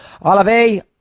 Olave